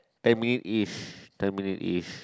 I mean is ten minutes is